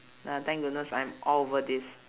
ya thank goodness I'm all over this